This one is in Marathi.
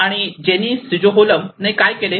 आणि जेनी सिजोहोलम ने काय केले